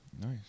Nice